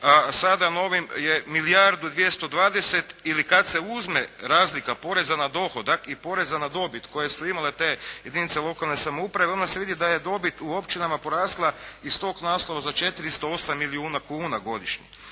novim je milijardu i 220 ili kad se uzme razlika poreza na dohodak i poreza na dobit koje su imale te jedinice lokalne samouprave onda se vidi da je dobi u općinama porasla iz tog naslova za 408 milijuna kuna godišnje.